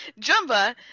Jumba